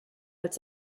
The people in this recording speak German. als